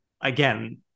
again